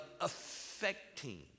affecting